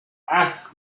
ask